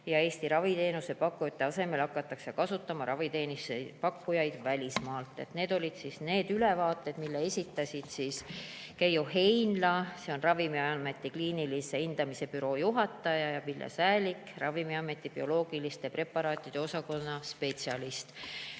ja Eesti raviteenusepakkujate asemel hakataks kasutama raviteenusepakkujaid välismaalt. Need olid need ülevaated, mille esitasid Keiu Heinla, Ravimiameti kliinilise hindamise büroo juhataja, ja Pille Säälik, Ravimiameti bioloogiliste preparaatide osakonna spetsialist.